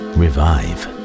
revive